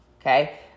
Okay